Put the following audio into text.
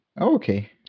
Okay